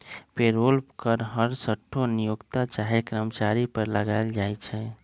payroll कर हरसठ्ठो नियोक्ता चाहे कर्मचारी पर लगायल जाइ छइ